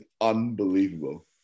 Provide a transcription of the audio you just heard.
unbelievable